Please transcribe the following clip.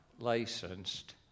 licensed